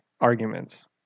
arguments